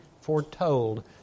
foretold